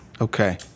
Okay